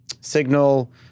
Signal